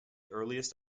earliest